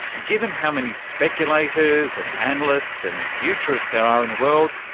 given how many speculators and analysts and futurists there are in the world,